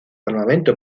armamento